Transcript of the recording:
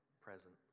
present